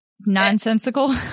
nonsensical